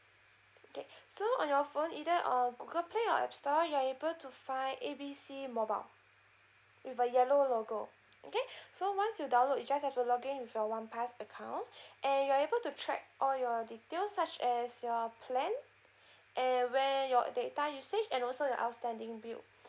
okay so on your phone either uh Google play or app store you're able to find A B C mobile with a yellow logo okay so once you download you just have to log in with your OnePass account and you are able to track all your details such as your plan and where your data usage and also your outstanding bills